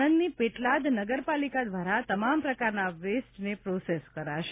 આણંદની પેટલાદ નગરપાલિકા દ્વારા તમામ પ્રકારના વેસ્ટને પ્રોસેસ કરાશે